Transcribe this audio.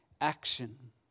action